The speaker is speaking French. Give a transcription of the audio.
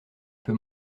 peut